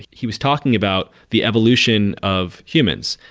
he was talking about the evolution of humans.